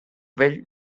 vell